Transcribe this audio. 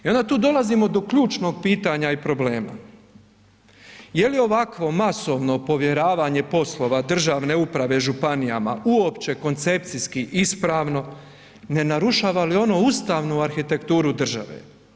I onda tu dolazimo do ključnog pitanja i problema, je li ovakvo masovno povjeravanje poslova državne uprave županijama uopće koncepcijski ispravno, ne narušava li ono ustavnu arhitekturu države?